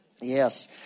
Yes